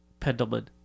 Pendleman